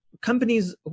Companies